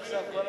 חזית,